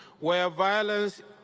where violence